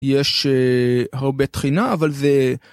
יש הרבה טחינה אבל זה.